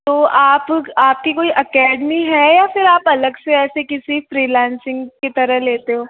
तो आप आपकी कोई अकेडमी है या फिर आप अलग से ऐसी किसी फ्रिलेंसिंग की तरह लेते हो